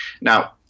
Now